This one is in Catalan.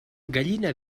gallina